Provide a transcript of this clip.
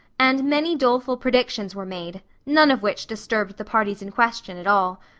and many doleful predictions were made, none of which disturbed the parties in question at all.